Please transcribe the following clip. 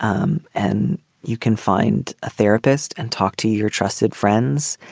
um and you can find a therapist and talk to your trusted friends